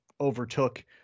overtook